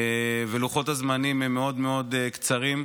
ולוחות הזמנים מאוד מאוד קצרים.